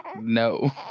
No